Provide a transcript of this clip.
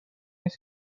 است